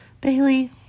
Bailey